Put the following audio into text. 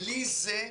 בלי זה,